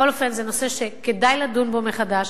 בכל אופן זה נושא שכדאי לדון בו מחדש.